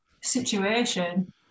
situation